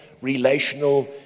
relational